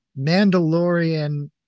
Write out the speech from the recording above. Mandalorian